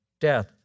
death